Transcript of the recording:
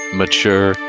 mature